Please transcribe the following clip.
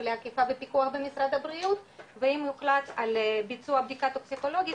לאכיפה ופיקוח במשרד הבריאות ואם יוחלט ביצוע בדיקה טוקסיקולוגית,